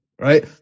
right